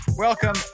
Welcome